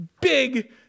big